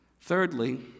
Thirdly